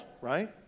right